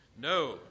No